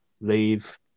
leave